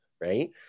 right